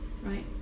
right